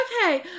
Okay